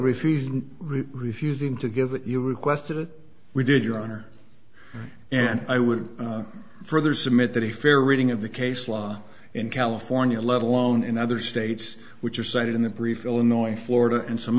refuse refusing to give it you requested we did your honor and i would further submit that a fair reading of the case law in california let alone in other states which are cited in the brief illinois florida and some